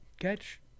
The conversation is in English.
catch